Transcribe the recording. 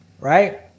right